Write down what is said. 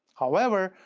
however,